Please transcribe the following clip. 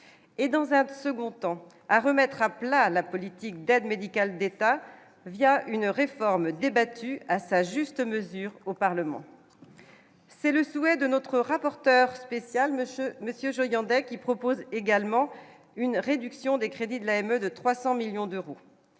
et dans un second temps, à remettre à plat la politique d'aide médicale d'État via une réforme débattue à sa juste mesure au Parlement, c'est le souhait de notre rapporteur spécial ne se Monsieur Joyandet qui propose également une réduction des crédits de l'de 300 millions d'euros